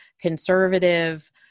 conservative